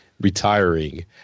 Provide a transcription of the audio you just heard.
retiring